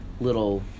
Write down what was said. little